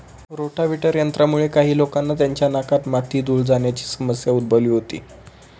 rotavator यंत्रामुळे काही लोकांना त्यांच्या नाकात माती, धूळ जाण्याची समस्या उद्भवली होती